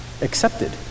accepted